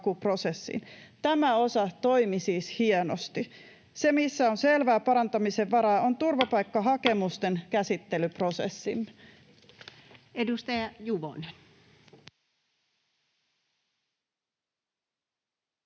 hienosti ja mallikkaasti. Se, missä on selvää parantamisen varaa, on turvapaikkahakemusten käsittelyprosessi.